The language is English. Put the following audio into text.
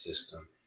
system